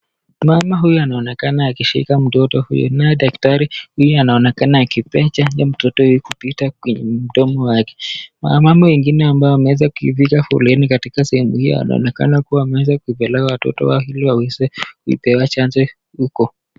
Mama huyu anaonekana akishika mtoto huyu, naye daktari yeye anaonekana akipea chanjo mtoto kupitia kwa mdomo wake, mama mwingine ambaye ameweza kupiga foleni katika sehemu hiyo anaonekana kuw amewez kupeleka watoto wake iliaweze kupewa chanjo uko.